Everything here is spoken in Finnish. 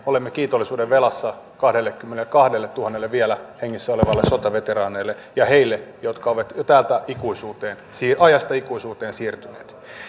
olemme kiitollisuudenvelassa kahdellekymmenellekahdelletuhannelle vielä hengissä olevalle sotaveteraanille ja heille jotka ovat jo täältä ajasta ikuisuuteen siirtyneet